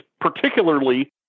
particularly